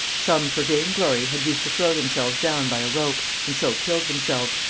some for vain glory had used to throw themselves down by a rope, and so killed themselves,